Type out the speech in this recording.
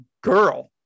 girl